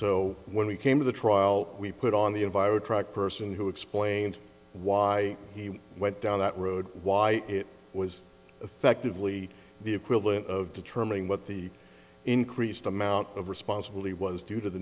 so when we came to the trial we put on the invited track person who explained why he went down that road why it was effectively the equivalent of determining what the increased amount of responsibility was due to the